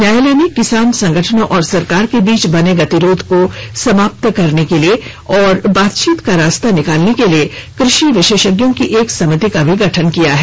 न्यायालय ने किसान संगठनों और सरकार के बीच बने गतिरोध को समाप्त करने और बातचीत का रास्ता निकालने के लिए कृषि विशेषज्ञों की एक समिति का भी गठन किया है